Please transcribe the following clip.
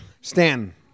Stan